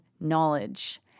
knowledge